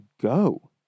go